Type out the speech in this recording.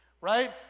right